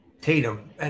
Tatum